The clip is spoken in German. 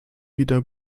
wieder